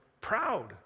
proud